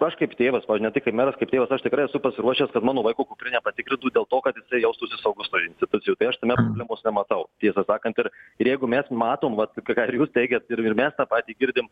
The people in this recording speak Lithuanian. aš kaip tėvas pavyzdžiui ne tai kaip meras kaip tėvas aš tikrai esu pasiruošęs kad mano vaiko kuprinę patikrintų dėl to kad jaustųsi saugus nuo institucijų tai aš tame problemos nematau tiesą sakant ir ir jeigu mes matom vat kad ką ir jūs teigiat ir ir mes tą patį girdim